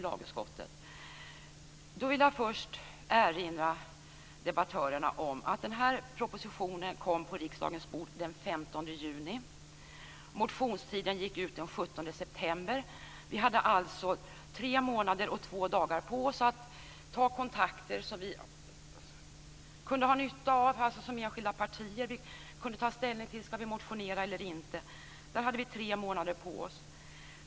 Jag vill först erinra debattörerna om att propositionen lades fram på riksdagens bord den 15 juni. Motionstiden gick ut den 17 september. Vi hade tre månader och två dagar på oss att ta de kontakter vi kunde ha nytta av i de enskilda partierna, och vi kunde ta ställning till om vi skulle väcka motioner eller inte.